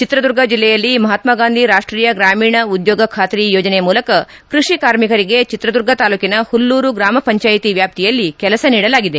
ಚಿತ್ರದುರ್ಗ ಜಲ್ಲೆಯಲ್ಲಿ ಮಹಾತ್ನಾಗಾಂಧಿ ರಾಷ್ಟೀಯ ಗ್ರಾಮೀಣ ಉದ್ಯೋಗ ಖಾತ್ರಿ ಯೋಜನೆ ಮೂಲಕ ಕೈಷಿ ಕಾರ್ಮಿಕರಿಗೆ ಚಿತ್ರದುರ್ಗ ತಾಲೂಕಿನ ಹುಲ್ಲೂರು ಗ್ರಾಮ ಪಂಚಾಯ್ತಿ ವ್ಯಾಪ್ತಿಯಲ್ಲಿ ಕೆಲಸ ನೀಡಲಾಗಿದೆ